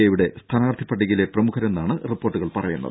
എയുടെ സ്ഥാനാർത്ഥി പട്ടികയിലെ പ്രമുഖരെന്നാണ് റിപ്പോർട്ടുകൾ പറയുന്നത്